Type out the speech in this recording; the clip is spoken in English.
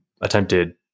attempted